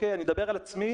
אני מדבר על עצמי,